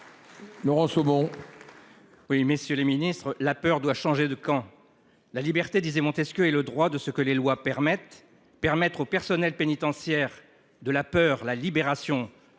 Laurent Saumon. Oui, messieurs les ministres, la peur doit changer de camp. La liberté, disait Montesquieu, est le droit de ce que les lois permettent, permettre aux personnels pénitentiaires de la peur, la libération